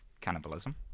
cannibalism